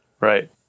Right